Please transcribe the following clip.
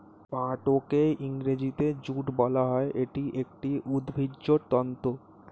পাটকে ইংরেজিতে জুট বলা হয়, এটি একটি উদ্ভিজ্জ তন্তু